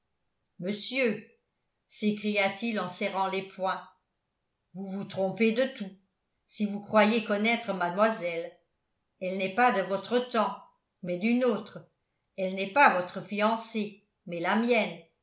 monsieur s'écria-t-il en serrant les poings vous vous trompez de tout si vous croyez connaître mademoiselle elle n'est pas de votre temps mais du nôtre elle n'est pas votre fiancée mais la mienne